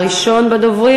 מס' 695,